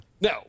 No